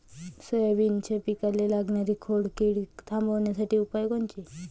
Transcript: सोयाबीनच्या पिकाले लागनारी खोड किड थांबवासाठी उपाय कोनचे?